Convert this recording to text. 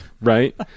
Right